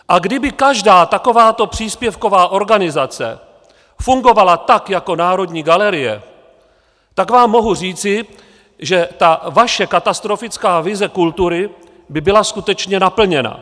A kdyby každá takováto příspěvková organizace fungovala tak jako Národní galerie, tak vám mohu říci, že ta vaše katastrofická vize kultury by byla skutečně naplněna.